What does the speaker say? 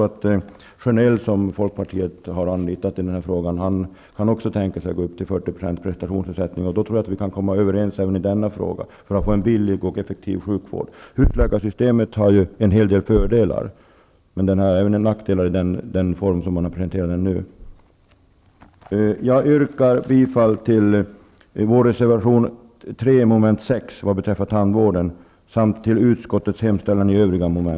Den expert som Folkpartiet har anlitat kan också tänka sig 40 % prestationsersättning. Då tror jag att vi kan komma överens även i denna fråga för att få en billig och effektiv sjukvård. Husläkarsystemet har en hel del fördelar men även nackdelar, i den form som det är presenterat nu. Jag yrkar bifall till vår reservation 3 i mom. 6 vad beträffar tandvården och i övrigt bifall till utskottets hemställan.